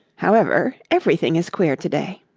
however, everything is queer to-day